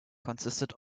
consisted